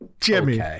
Jimmy